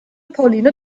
pauline